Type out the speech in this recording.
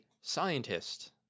scientist